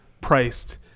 priced